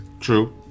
true